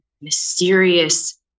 mysterious